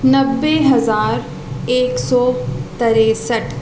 نوے ہزار ایک سو تریسٹھ